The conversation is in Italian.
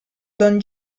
don